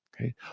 okay